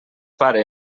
pare